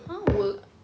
!huh! work